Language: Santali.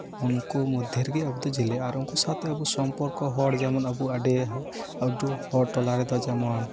ᱩᱱᱠᱩ ᱢᱚᱫᱽᱫᱷᱮ ᱨᱮᱜᱮ ᱟᱵᱚ ᱫᱚ ᱡᱮᱞᱮ ᱟᱨ ᱩᱝᱠᱩ ᱥᱟᱶᱛᱮ ᱟᱵᱚ ᱥᱚᱢᱯᱚᱨᱠᱚ ᱦᱚᱲ ᱡᱮᱢᱚᱱ ᱟᱵᱚ ᱟᱹᱰᱤ ᱦᱚᱲ ᱴᱚᱞᱟ ᱨᱮᱫᱚ ᱡᱮᱢᱚᱱ